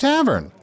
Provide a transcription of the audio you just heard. Tavern